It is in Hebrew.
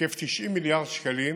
בהיקף 90 מיליארד שקלים,